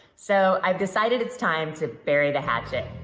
so i've decided it is time to bury the hatchet.